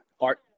art